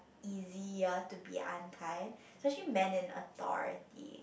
easier to be unkind especially man in authority